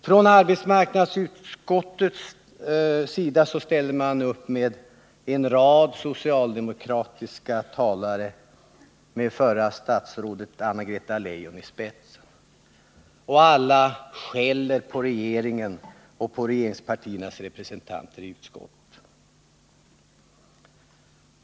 Från arbetsmarknadsutskottets sida ställer man upp med en rad socialdemokratiska talare med förra statsrådet Anna-Greta Leijon i spetsen, och alla skäller på regeringen och regeringspartiernas representanter i utskottet.